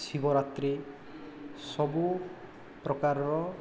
ଶିବରାତ୍ରି ସବୁ ପ୍ରକାରର